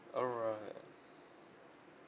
alright